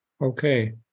Okay